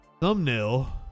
thumbnail